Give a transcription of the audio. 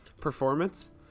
Performance